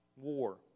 War